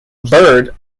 byrd